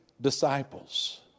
disciples